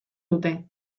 dute